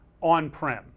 on-prem